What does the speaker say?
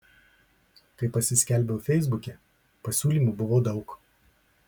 kai pasiskelbiau feisbuke pasiūlymų buvo daug